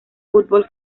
fútbol